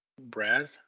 Brad